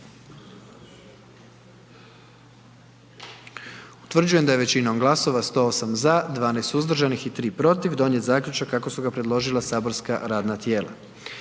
Utvrđujem da je većinom glasova 97 za, 19 suzdržanih donijet zaključak kako je predložilo matično saborsko radno tijelo.